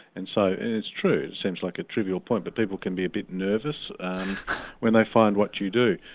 and so and it's true, it seems like a trivial point but people can be a bit nervous when they find what you do.